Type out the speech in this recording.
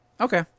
Okay